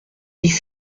dix